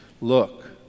look